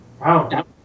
Wow